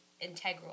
integral